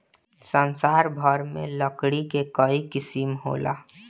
संसार भर में लकड़ी के कई किसिम होला